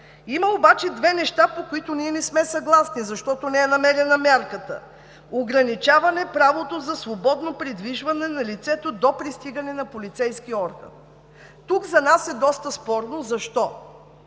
Има обаче две неща, по които ние не сме съгласни, защото не е намерена мярката: ограничаване правото за свободно придвижване на лицето до пристигане на полицейски орган. Тук за нас е доста спорно защо.